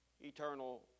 eternal